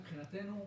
מבחינתנו,